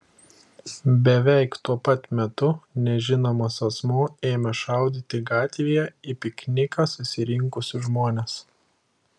beveik tuo pat metu nežinomas asmuo ėmė šaudyti gatvėje į pikniką susirinkusius žmones